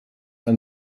ein